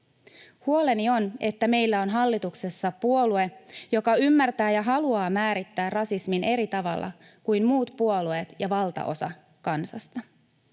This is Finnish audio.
Huoleni on, että meillä on hallituksessa puolue, joka ymmärtää ja haluaa määrittää rasismin eri tavalla kuin muut puolueet ja valtaosa kansasta.